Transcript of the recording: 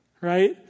right